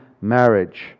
marriage